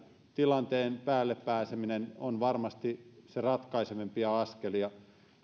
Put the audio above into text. tilanteen päälle pääseminen on varmasti niitä ratkaisevimpia askelia